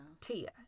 Tia